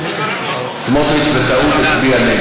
העבודה, הרווחה והבריאות.